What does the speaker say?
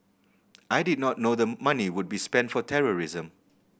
I did not know the money would be spent for terrorism